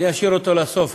אני אשאיר אותו לסוף,